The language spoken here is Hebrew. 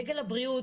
דגל הבריאות,